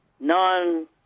non